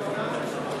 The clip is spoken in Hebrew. לסעיף 1 בפרק